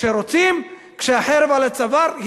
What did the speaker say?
כשרוצים, כשהחרב על הצוואר יש.